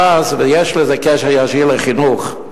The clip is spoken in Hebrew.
יש לזה קשר ישיר לחינוך,